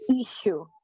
issue